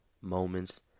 Moments